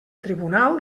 tribunal